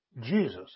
Jesus